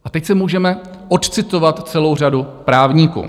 A teď si můžeme odcitovat celou řadu právníků.